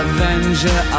Avenger